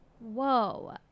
whoa